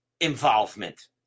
involvement